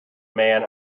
man